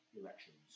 elections